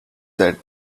that